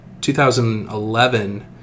2011